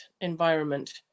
environment